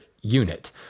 unit